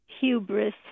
hubris